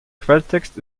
quelltext